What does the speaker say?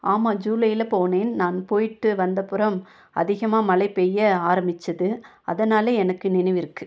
ஆமாம் ஜூலையில போனேன் நான் போய்ட்டு வந்தப்புறம் அதிகமாக மழை பெய்ய ஆரம்பித்தது அதனால் எனக்கு நினைவிருக்குது